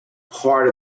part